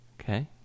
Okay